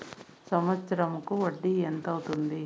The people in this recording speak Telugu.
సంవత్సరం కు వడ్డీ ఎంత అవుతుంది?